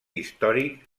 històric